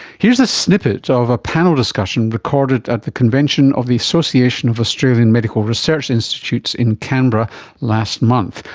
here's a snippet of a panel discussion recorded at the convention of the association of australian medical research institutes in canberra last month.